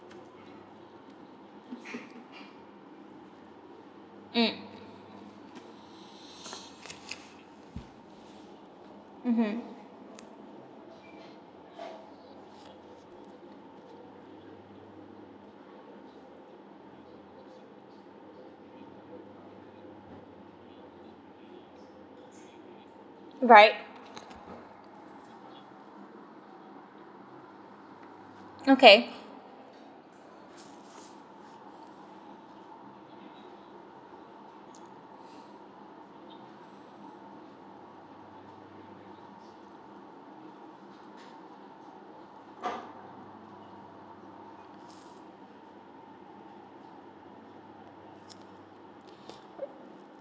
um mmhmm right okay